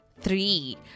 three